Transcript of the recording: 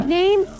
name